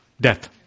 death